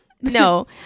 No